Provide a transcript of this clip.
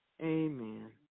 Amen